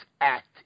act